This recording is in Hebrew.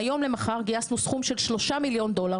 מהיום למחר גייסנו סכום של 3 מיליון דולר.